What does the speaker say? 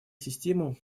систему